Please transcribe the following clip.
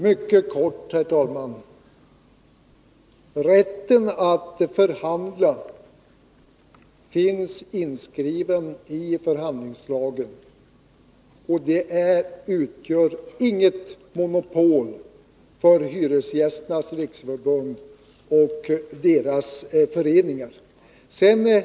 Herr talman! Jag skall fatta mig mycket kort. Rätten att förhandla finns inskriven i förhandlingslagen, och den innebär inget monopol för Hyresgästernas riksförbund och de föreningar som tillhör förbundet.